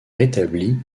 rétabli